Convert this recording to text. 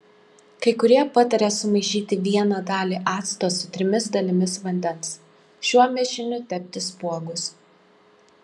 kai kurie pataria sumaišyti vieną dalį acto su trimis dalimis vandens šiuo mišiniu tepti spuogus